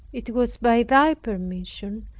it was by thy permission,